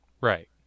Right